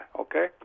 okay